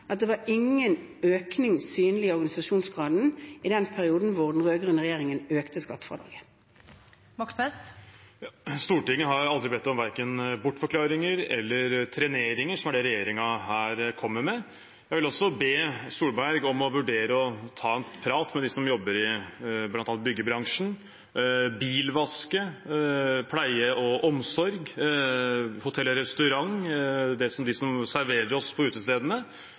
at det ikke var noen synlig økning i organisasjonsgraden i den perioden da den rød-grønne regjeringen økte skattefradraget. Stortinget har aldri bedt om verken bortforklaringer eller trenering, som er det regjeringen her kommer med. Jeg vil også be Solberg om å vurdere å ta en prat med dem som jobber i bl.a. byggebransjen, bilvasken, pleie- og omsorg, hotell og restaurant, og de som serverer oss på utestedene,